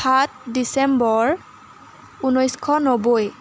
সাত ডিচেম্বৰ ঊনৈছশ নব্বৈ